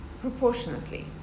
proportionately